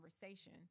conversation